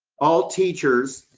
all teachers